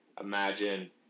Imagine